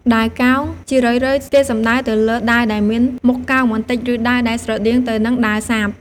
ដាវកោង ជារឿយៗគេសំដៅទៅលើដាវដែលមានមុខកោងបន្តិច ឬដាវដែលស្រដៀងទៅនឹងដាវសាប។